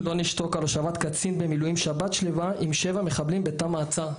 לא נשתוק על הושבת קצין במילואים שבת שלמה עם שבעה מחבלים בתא מעצר.